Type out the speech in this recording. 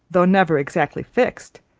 though never exactly fixed,